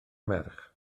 merch